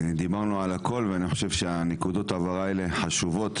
דיברנו על הכול ואני חושב שנקודות ההבהרה האלה חשובות